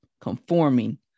conforming